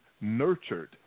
nurtured